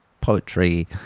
poetry